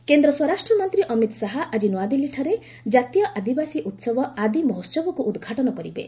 ମହୋତ୍ସବ କେନ୍ଦ୍ର ସ୍ୱରାଷ୍ଟ୍ରମନ୍ତ୍ରୀ ଅମିତ ଶାହା ଆଜି ନ୍ତଆଦିଲ୍ଲୀଠାରେ ଜାତୀୟ ଆଦିବାସୀ ଉତ୍ସବ 'ଆଦିମହୋତ୍ସବ'କୁ ଉଦ୍ଘାଟନ କରିବେ